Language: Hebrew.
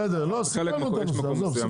בסדר סיכמנו את הנושא,